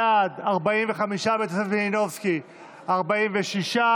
בעד, 45, בתוספת חברת הכנסת מלינובסקי, 46,